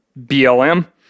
BLM